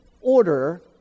order